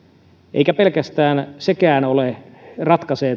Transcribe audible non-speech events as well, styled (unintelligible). eikä pelkästään sekään ratkaise (unintelligible)